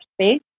space